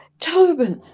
tobin,